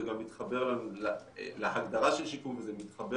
זה גם מתחבר להגדרה של שיקום וזה מתחבר,